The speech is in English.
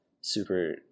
super